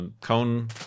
cone